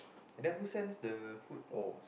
and then who send the food